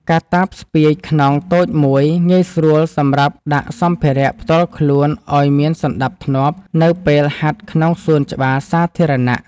កាតាបស្ពាយខ្នងតូចមួយ ងាយស្រួលសម្រាប់ដាក់សម្ភារៈផ្ទាល់ខ្លួនឱ្យមានសណ្ដាប់ធ្នាប់នៅពេលហាត់ក្នុងសួនច្បារសាធារណៈ។